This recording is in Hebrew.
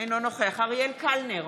אינו נוכח אריאל קלנר,